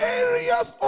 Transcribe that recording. areas